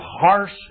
harsh